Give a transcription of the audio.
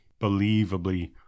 believably